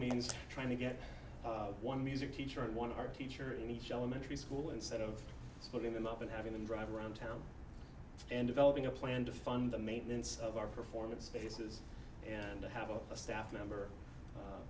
means trying to get one music teacher and one art teacher in each elementary school instead of putting them up and having them drive around town and developing a plan to fund the maintenance of our performance spaces and i have a staff member